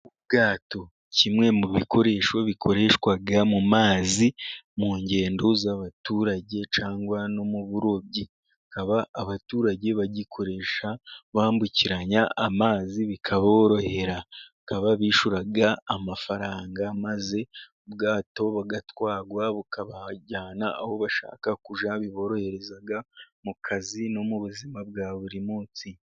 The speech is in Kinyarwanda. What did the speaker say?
Ubwato kimwe mu bikoresho bikoreshwa mu mazi mu ngendo z'abaturage cyangwa no mu burobyi, bakaba abaturage bagikoresha bambukiranya amazi, bikaborohera bishyura amafaranga, maze ubwato bagatwarwa bukabajyana aho bashaka kujya. Biborohereza mu kazi no mu buzima bwa buri munsi.